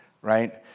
right